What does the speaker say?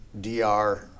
DR